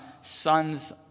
sons